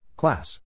class